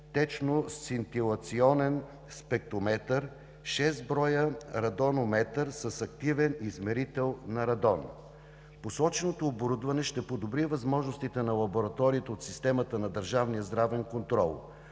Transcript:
течносцинтилационен спектрометър; 6 броя радонометър с активен измерител на радона. Посоченото оборудване ще подобри възможностите на лабораториите от системата на държавния здравен контрол.